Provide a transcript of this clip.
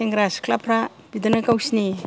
सेंग्रा सिख्लाफ्रा बिदिनो गावसिनि